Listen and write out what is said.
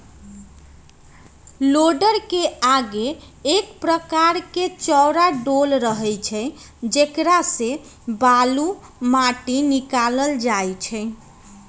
लोडरके आगे एक प्रकार के चौरा डोल रहै छइ जेकरा से बालू, माटि निकालल जाइ छइ